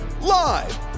live